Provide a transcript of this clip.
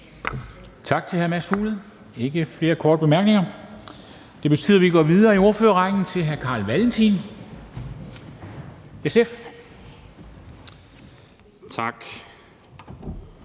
Tak til hr. Mads Fuglede. Der er ikke flere korte bemærkninger. Det betyder, at vi går videre i ordførerrækken til hr. Carl Valentin, SF. Kl.